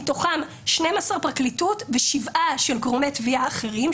מתוכם 12 של הפרקליטות ושבעה של גורמי תביעה אחרים,